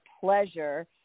pleasure